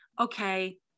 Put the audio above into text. okay